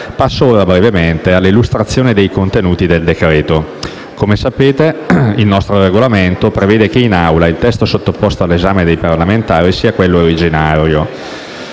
Passo ora, brevemente, all'illustrazione dei contenuti del decreto. Come sapete, il nostro Regolamento prevede che in Aula il testo sottoposto all'esame dei parlamentari sia quello originario.